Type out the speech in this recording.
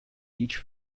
each